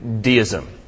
deism